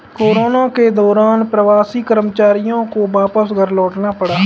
corona के दौरान प्रवासी कर्मचारियों को वापस घर लौटना पड़ा